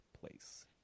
place